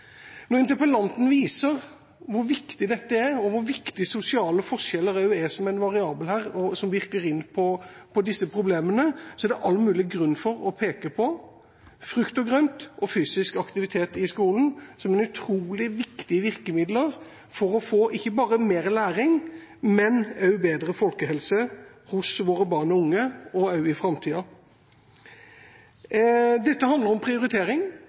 når interpellanten viser hvor viktig dette er, og hvor viktig sosiale forskjeller også er som en variabel som virker inn på disse problemene, er det all mulig grunn til å peke på frukt og grønt og fysisk aktivitet i skolen som utrolig viktige virkemidler for å få ikke bare mer læring, men også bedre folkehelse hos våre barn og unge, og også i framtiden. Dette handler om prioritering,